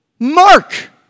Mark